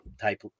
type